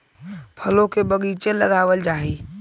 फलों के बगीचे लगावल जा हई